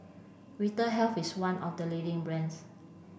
Vitahealth is one of the leading brands